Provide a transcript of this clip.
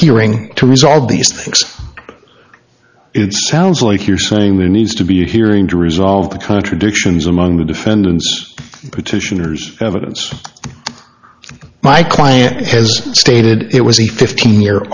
hearing to resolve these things it sounds like you're saying there needs to be a hearing to resolve the contradictions among the defendants petitioners evidence my client has stated it was a fifteen year